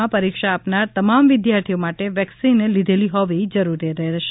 માં પરીક્ષા આપનાર તમામ વિધાર્થીઓ માટે વેક્સિન લીધેલી હોવી જરૂરી હશે